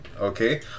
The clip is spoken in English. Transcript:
okay